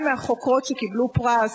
שתיים מהחוקרות שקיבלו פרס,